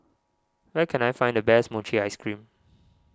where can I find the best Mochi Ice Cream